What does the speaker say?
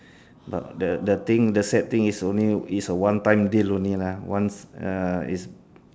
but the the thing the sad thing is only it's a one time deal only lah once uh it's